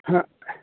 हँ नहि